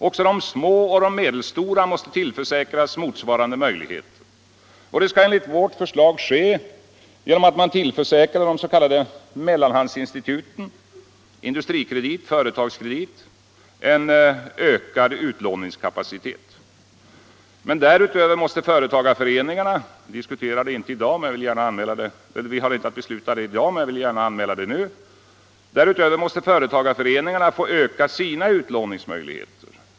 Också de små och medelstora måste tillförsäkras motsvarande möjligheter. Det skall enligt vårt förslag ske genom att man tillförsäkrar de s.k. mellanhandsinstituten som Industrikredit och Företagskredit en ökad utlåningskapacitet. Men därutöver måste företagarföreningarna — vi diskuterar det inte i dag men jag vill gärna anmäla det nu — få öka sina utlåningsmöjligheter.